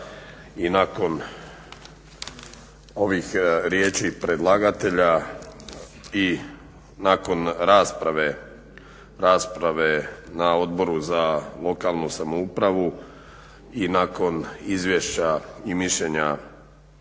I nakon ovih riječi predlagatelja i nakon rasprave na Odboru za lokalnu samoupravu i nakon izvješća i mišljenja